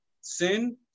sin